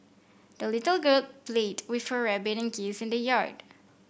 the little girl played with her rabbit and geese in the yard